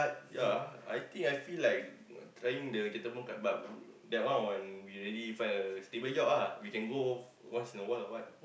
ya I think I feel like uh trying the gentleman cut but then one when we already find a stable job ah we can go once in a while or what